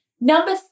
Number